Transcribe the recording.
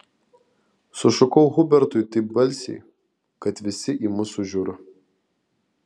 sušukau hubertui taip balsiai kad visi į mus sužiuro